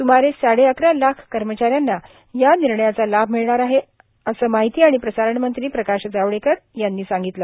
सुमारे साडेअकरा लाख कर्मचाऱ्यांना या निर्णयाचा लाम मिळणार आहे असं माहिती आणि प्रसारण मंत्री प्रकाश जावडेकर यांनी सांगितलं